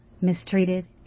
mistreated